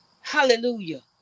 Hallelujah